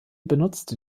benutzte